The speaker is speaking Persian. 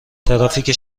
ترافیک